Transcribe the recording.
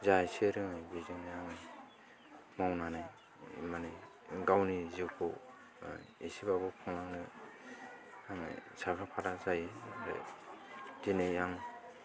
जा एसे रोङो बेजोंनो आं मावनानै माने गावनि जिउ खौ एसेबाबो आङो मावनो आङो साखाफारा जायो दिनै आं